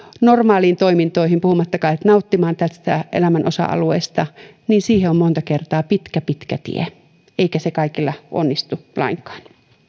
normaaleihin toimintoihin puhumattakaan nauttimaan tästä elämän osa alueesta niin siihen on monta kertaa pitkä pitkä tie eikä se kaikilla onnistu lainkaan